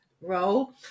role